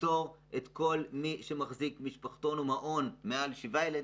לפטור את כל מי שמחזיק משפחתון או מעון מארנונה.